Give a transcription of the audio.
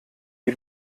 die